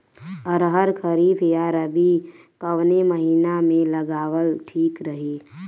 अरहर खरीफ या रबी कवने महीना में लगावल ठीक रही?